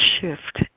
shift